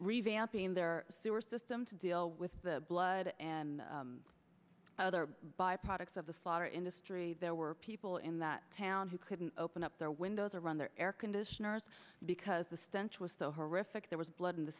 revamping their sewer system to deal with the blood and other by products of the slaughter industry there were people in that town who couldn't open up their windows or run their air conditioners because the stench was so horrific there was blood in the